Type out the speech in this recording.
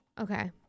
Okay